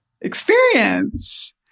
experience